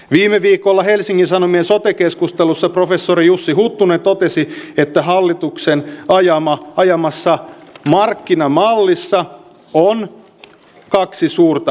viime viikolla helsingin sanomien sote keskustelussa professori jussi huttunen totesi että hallituksen ajamassa markkinamallissa on kaksi suurta uhkaa